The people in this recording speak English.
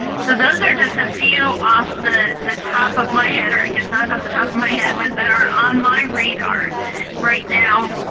so those are just a few off the the top of my head, or i guess not off the top of my head, but that are on my radar right now.